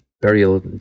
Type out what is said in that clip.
burial